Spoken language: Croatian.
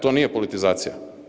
To nije politizacija?